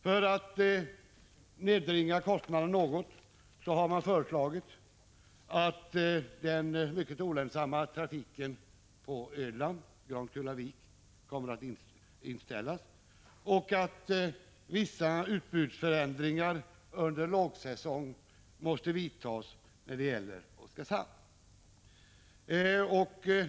För att nedbringa kostnaden något har man föreslagit att den mycket olönsamma trafiken på Grankullavik, Öland, skall inställas och att vissa utbudsförändringar under lågsäsong skall vidtas när det gäller Oskarshamn.